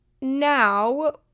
now